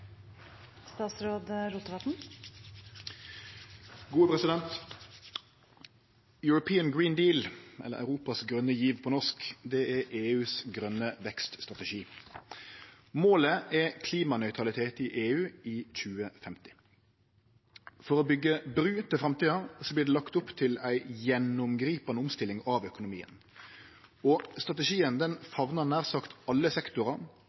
European Green Deal eller på norsk Europas grøne giv – det er EUs grøne vekststrategi. Målet er klimanøytralitet i EU i 2050. For å byggje bru til framtida vert det lagt opp til ei gjennomgripande omstilling av økonomien. Strategien femnar nær sagt alle